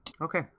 Okay